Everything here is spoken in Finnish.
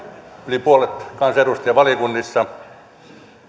yli puolet kansanedustajista valiokunnissa